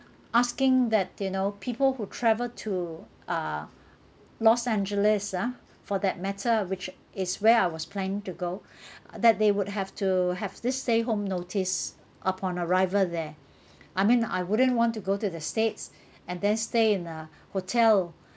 asking that you know people who travel to uh los angeles ah for that matter which is where I was planning to go that they would have to have this stay home notice upon arrival there I mean I wouldn't want to go to the states and then stay in a hotel